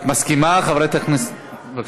את מסכימה, חברת הכנסת?